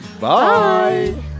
Bye